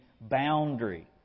boundary